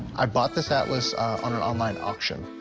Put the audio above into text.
i bought this atlas on an online auction.